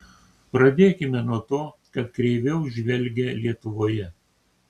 pradėkime nuo to kad kreiviau žvelgia lietuvoje